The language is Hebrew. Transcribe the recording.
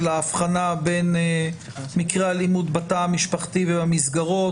ההבחנה בין מקרי אלימות בתא המשפחתי ובמסגרות.